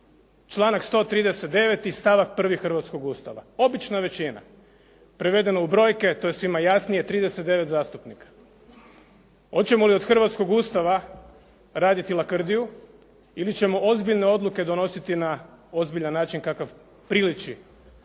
članak 139. stavak prvi hrvatskog Ustava, obična većina. Prevedeno u brojke to je svima jasnije 39 zastupnika. Hoćemo li od hrvatskog Ustava raditi lakrdiju ili ćemo ozbiljne odluke donositi na ozbiljan način kakav priliči